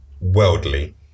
worldly